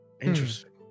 Interesting